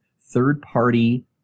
third-party